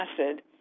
acid